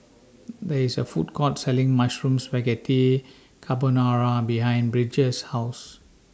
There IS A Food Court Selling Mushroom Spaghetti Carbonara behind Bridger's House